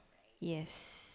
yes